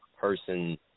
person